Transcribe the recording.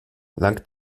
langt